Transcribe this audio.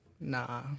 Nah